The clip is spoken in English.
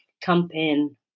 campaign